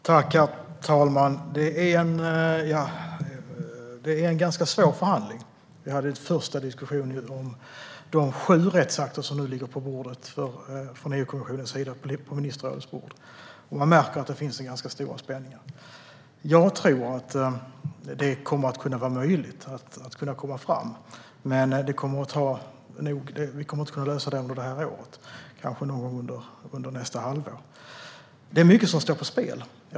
Herr talman! Det är en svår förhandling. Vi har haft en första diskussion om de sju rättsakter från EU-kommissionens sida som nu ligger på ministerrådets bord. Vi märker att det finns stora spänningar. Jag tror att det är möjligt att nå fram - men inte under det här året utan kanske någon gång under nästa halvår. Det är mycket som står på spel.